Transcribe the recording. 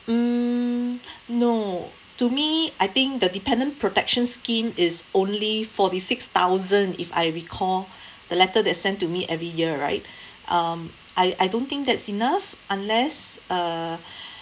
mm no to me I think the dependent protection scheme is only forty six thousand if I recall the letter that;s sent to me every year right um I I don't think that's enough unless uh